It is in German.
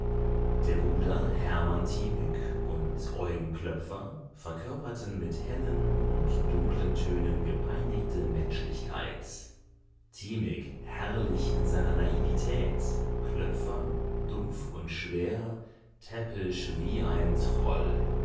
der bruder hermann thimig und eugen klöpfer verkörperten mit hellen und dunklen tönen gepeinigte menschlichkeit thimig herrlich in seiner naivität klöpfer dumpf und schwer täppisch wie ein